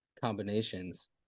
combinations